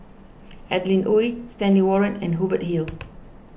Adeline Ooi Stanley Warren and Hubert Hill